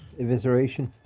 Evisceration